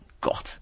God